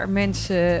mensen